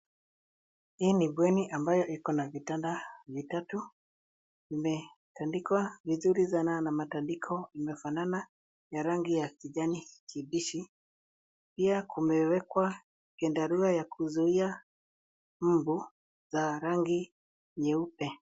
Hii ni bweni ambayo iko na vitanda vitatu, vimetandikwa vizuri sana na matandiko imefanana ya rangi ya kijani kibichi. Pia kumewekwa vyandarua ya kuzuia mbu za rangi nyeupe.